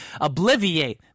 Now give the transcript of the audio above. Obliviate